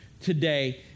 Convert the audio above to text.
today